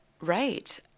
right